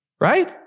right